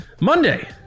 Monday